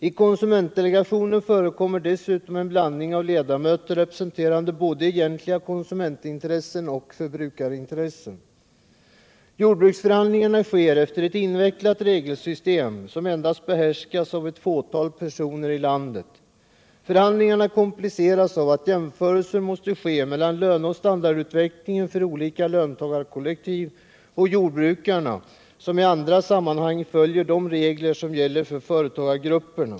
I konsumentdelegationen förekommer dessutom en blandning av ledamöter representerande både egentliga konsumentintressen och förbrukarintressen. Jordbruksförhandlingarna sker efter ett invecklat regelsystem som behärskas av endast ett fåtal personer i landet. Förhandlingarna kompliceras av att jämförelser måste ske mellan löneoch standardutvecklingen för olika löntagarkollektiv och jordbrukarna, som i andra sammanhang följer de regler som gäller för företagargrupperna.